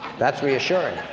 that's reassuring.